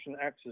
access